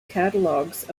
catalogues